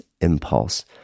impulse